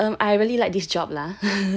but um I really like this job lah